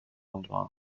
landebahn